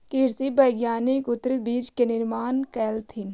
कृषि वैज्ञानिक उन्नत बीज के निर्माण कलथिन